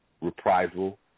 reprisal